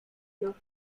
noch